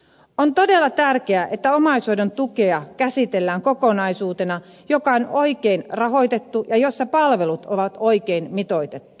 on todella tärkeää että omaishoidon tukea käsitellään kokonaisuutena joka on oikein rahoitettu ja jossa palvelut on oikein mitoitettu